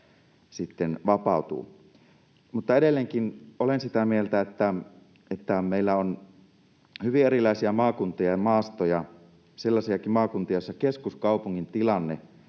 sitten vapautuu. Mutta edelleenkin olen sitä mieltä, että meillä on hyvin erilaisia maakuntia ja maastoja, sellaisiakin maakuntia, joissa keskuskaupungin tilanne